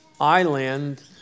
island